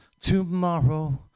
tomorrow